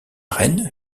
reine